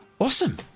Awesome